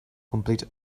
complete